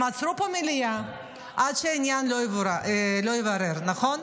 הם עצרו פה את המליאה עד שהעניין יבורר, נכון?